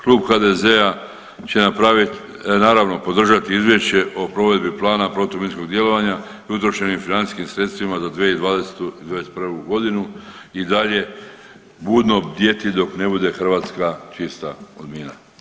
Klub HDZ-a će napraviti, naravno podržati Izvješće o provedbi plana protuminskog djelovanja i utrošenim financijskim sredstvima za 2020. i '21. godini i dalje budno bdjeti dok ne bude Hrvatska čista od mina.